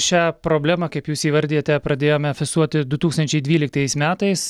šią problemą kaip jūs įvardijote pradėjome fisuoti du tūkstančiai dvyliktais metais